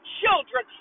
children